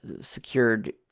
secured